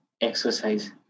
exercise